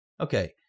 Okay